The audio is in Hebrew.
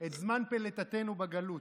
את זמן פליטתנו בגלות,